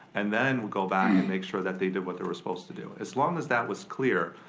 and then we'll go back and make sure that they did what they were supposed to do. as long as that was clear,